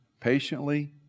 patiently